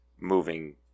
moving